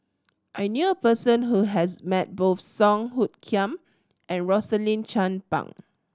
I knew a person who has met both Song Hoot Kiam and Rosaline Chan Pang